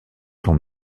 sont